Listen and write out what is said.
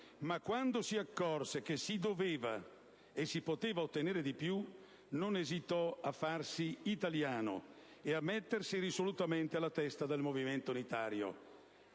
ma quando si accorse che si doveva e si poteva ottenere di più non esitò a farsi italiano e a mettersi risolutamente alla testa del movimento unitario.